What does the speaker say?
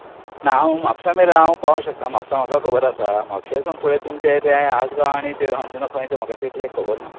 ना हांव म्हापसा मेरेन हांव पावोवंक शकता कित्याक म्हापसा म्हाका खबर आसा म्हापश्यान पयलें तुमचें तें आसगांव आनी अंजुना खंय तें तितलें म्हाका खबर ना